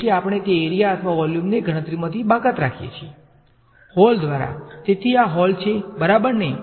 તેથી આપણે તે એરીયા અથવા વોલ્યુમને ગણતરીમાંથી બાકાત રાખીએ છીએ હોલ દ્વારાતેથી આ હોલ છે બરાબર ને